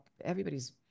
everybody's